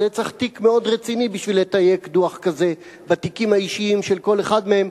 צריך תיק מאוד רציני בשביל לתייק דוח כזה בתיקים האישיים של כל אחד מהם,